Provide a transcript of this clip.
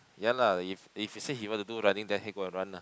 ya lah if if he say he want to do running let him go and run lah